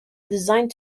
designed